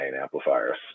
amplifiers